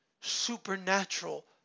supernatural